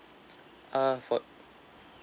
uh for